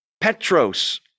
Petros